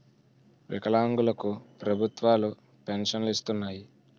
వికలాంగులు కు ప్రభుత్వాలు పెన్షన్ను ఇస్తున్నాయి